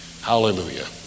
Hallelujah